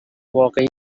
واقعی